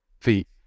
feet